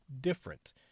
different